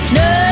no